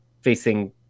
facing